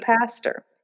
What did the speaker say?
pastor